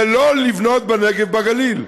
ולא לבנות בנגב ובגליל,